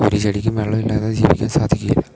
ഒരു ചെടിക്കും വെള്ളം ഇല്ലാതെ ജീവിക്കാൻ സാധിക്കുകയില്ല